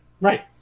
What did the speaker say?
Right